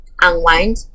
unwind